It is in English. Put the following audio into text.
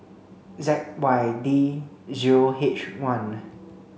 Z Y D zero H one